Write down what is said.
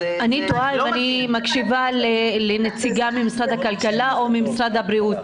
אני תוהה אם אני מקשיבה לנציגה ממשרד הכלכלה או ממשרד הבריאות.